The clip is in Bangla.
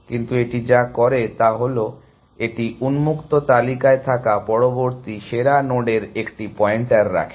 কিন্তু এটি যা করে তা হল এটি উন্মুক্ত তালিকায় থাকা পরবর্তী সেরা নোডের একটি পয়েন্টার রাখে